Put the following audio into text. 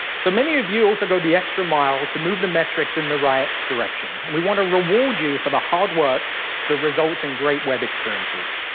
so, many of you also go the extra mile to move the metrics in the right direction. and we want to reward you for the hard work that results in great web experiences.